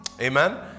amen